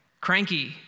Cranky